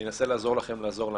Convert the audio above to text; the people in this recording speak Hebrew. אני אנסה לעזור לכם לעזור לנו.